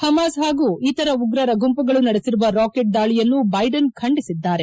Hamas ಪಾಗೂ ಇತರ ಉಗ್ರರ ಗುಂಪುಗಳು ನಡೆಸಿರುವ ರಾಕೆಚ್ ದಾಳಿಯನ್ನು ಬೈಡನ್ ಖಂಡಿಸಿದ್ದಾರೆ